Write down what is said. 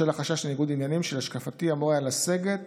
בשל החשש לניגוד עניינים, שלהשקפתי אמור היה לסגת